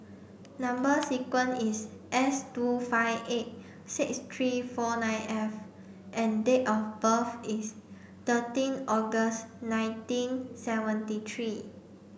number sequence is S two five eight six three four nine F and date of birth is thirteen August nineteen seventy three